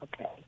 okay